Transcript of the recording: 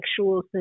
sexual